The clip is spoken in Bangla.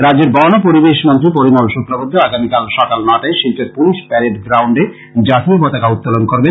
রাজ্যের বন ও পরিবেশ মন্ত্রী পরিমল শুক্লবৈদ্য আগামীকাল সকাল নটায় শিলচর পুলিশ প্যারেড গ্রাউন্ডে জাতীয় পতাকা উত্তোলন করবেন